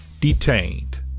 Detained